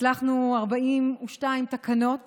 הצלחנו 42 תקנות